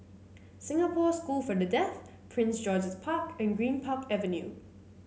Singapore School for the Deaf Prince George's Park and Greenpark Avenue